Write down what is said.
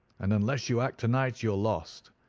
and unless you act to-night you are lost.